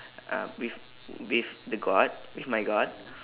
um with with the god with my god